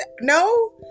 No